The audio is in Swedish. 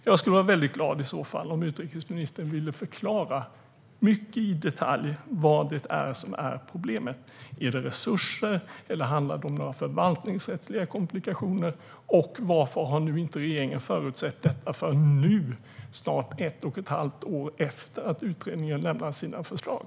Jag vore glad om utrikesministern i så fall detaljerat kunde förklara vad problemet består i. Handlar det om resurser eller om förvaltningsrättsliga komplikationer? Och varför har regeringen inte förutsett detta förrän nu, snart ett och ett halvt år efter att utredningen lämnade sina förslag?